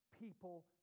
people